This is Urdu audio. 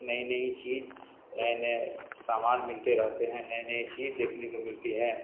نئی نئی چیز نئے نئے سامان ملتے رہتے ہیں نئے نئے چیز دیکھنے کو ملتی ہے